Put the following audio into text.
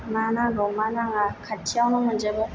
मा नांगौ मा नाङा खाथियावनो मोनजोबो